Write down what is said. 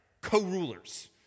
co-rulers